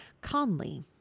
Conley